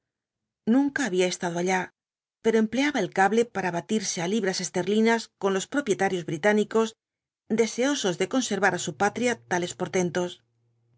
nunca había estado allá pero empleaba el cable para batirse á libras esterlinas con los propietarios británicos deseosos de conservar á su patria tales portentos